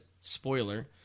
Spoiler